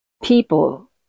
people